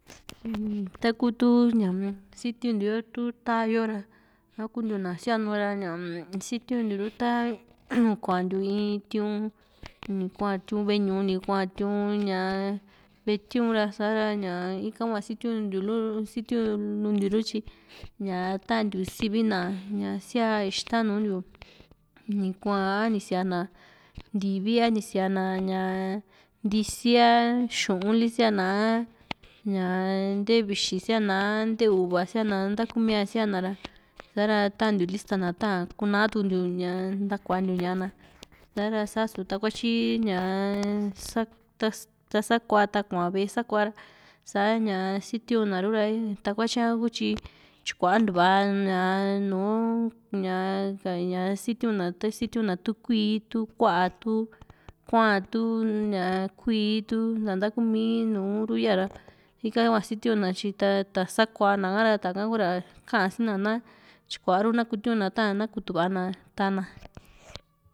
taku tu ñaa sitiun tiu tu taa yo ra takuntiu na sianura ñaa sitiuntiu ru ta kuantiu in tiu ni kua tiu´n ve´e ñuu, ni kua tiu´n ve´e tiu´n ra sa´ra ika hua sitiuntiu lu sitiuntiu lu rutyi ña tantiu sivina sia ixta nuntiu ni kuaa a ni sia´na ntivi a nisia´na ña ntisi a xu´un li sia´na a ñaa ntevixi sia´na a nte u´va sia´na a ntakumia sia´na ra sa´ra tantiu lista na taa kuna tuuntiu ña ntakuantiu ña´na sa´ra asu takuatyi ña sak ta sakua ta kuaa ve´e sakua ra sa´ña sitiunaru ra takuatyi ha kutyi tyikuantua ña nùù ña ka´ña sitiuna ta sitiuna tu kuíí tu ku´a, tu kua´n, tu ña tu kuíí, tu nta´nta kumi nùù ru yaa´ra ika hua sitiuna tyi ta tá´a sakuana a´ra kura ka´an sina na tyikuaru na kutiuna tava na kutuva na táa na.